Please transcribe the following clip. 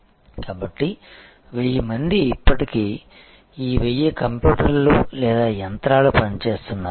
కాబట్టి 1000 మంది ఇప్పటికీ ఈ 1000 కంప్యూటర్లు లేదా యంత్రాలు పనిచేస్తున్నారు